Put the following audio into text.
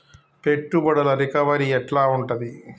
పెట్టుబడుల రికవరీ ఎట్ల ఉంటది?